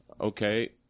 okay